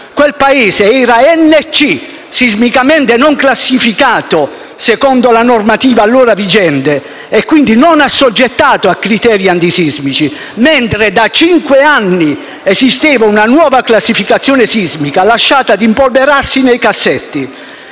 Quel paese era «NC», sismicamente non classificato secondo la normativa allora vigente e quindi non assoggettato a criteri antisismici, mentre da cinque anni esisteva una nuova classificazione sismica, lasciata ad impolverarsi nei cassetti,